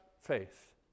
faith